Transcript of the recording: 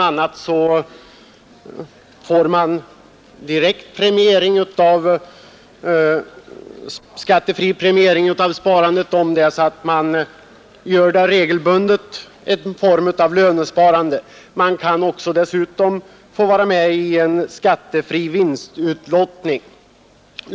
a. får man direkt skattefri premiering av sparandet, om sparandet sker regelbundet — en form av lönsparande. Man kan dessutom få vara med i en skattefri vinstutlottning.